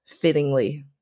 fittingly